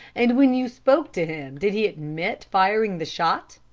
and when you spoke to him, did he admit firing the shot?